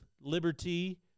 liberty